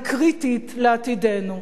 היא קריטית לעתידנו.